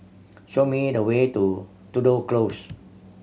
show me the way to Tudor Close